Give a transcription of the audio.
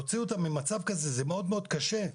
להוציא אותם ממצב כזה זה מאוד מאוד קשה.